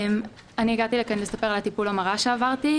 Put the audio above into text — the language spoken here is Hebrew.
אני הגעתי לכאן לספר על טיפול ההמרה שעברתי.